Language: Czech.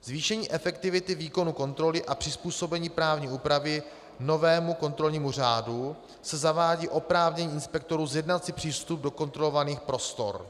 Zvýšením efektivity výkonu kontroly a přizpůsobením právní úpravy novému kontrolnímu řádu se zavádí oprávnění inspektorů zjednat si přístup do kontrolovaných prostor.